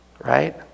Right